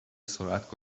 سرعت